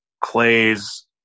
Clay's